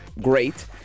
great